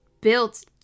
built